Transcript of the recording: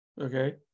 okay